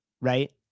right